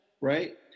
right